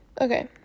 Okay